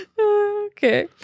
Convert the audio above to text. Okay